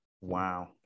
Wow